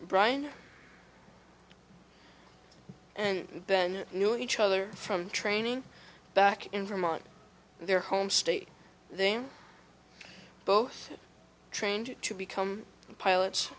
bryan and ben knew each other from training back in vermont their home state them both trained to become pilots